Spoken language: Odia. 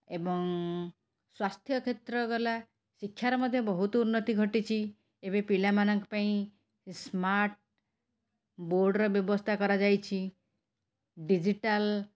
ଏବଂ ସ୍ୱାସ୍ଥ୍ୟ କ୍ଷେତ୍ର ଗଲା ଶିକ୍ଷାର ମଧ୍ୟ ବହୁତ ଉନ୍ନତି ଘଟିଛି ଏବେ ପିଲା ମାନଙ୍କ ପାଇଁ ସ୍ମାର୍ଟ୍ ବୋର୍ଡ଼୍ର ବ୍ୟବସ୍ଥ କରାଯାଇଛି ଡିଜିଟାଲ୍